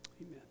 Amen